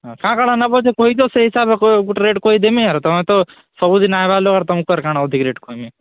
ହଁ କାଣ କାଣ ନବ ଯେ କହିଦିଅ ସେ ହିସାବକୁ ଗୋଟେ ରେଟ୍ କହିଦେମି ଆଉ ତୁମେ ତ ସବୁଦିନ ଆଇବାର ଲୋକ୍ ଅର୍ ତୁମକୁ କୁଆଡ଼େ କ'ଣ ଅଧିକ୍ ରେଟ୍ କହିମି